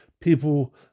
people